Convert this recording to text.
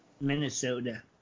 Minnesota